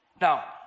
Now